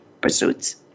pursuits